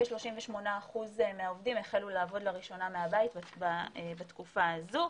כ-38% מהעובדים החלו לעבוד לראשונה מהבית בתקופה הזו,